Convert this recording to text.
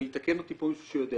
ויתקן אותי פה מישהו שיודע,